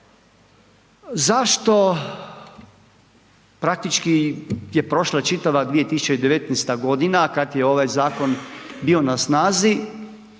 zašto praktički je prošla čitava 2019. g. kad je ovaj zakon bio na snazi,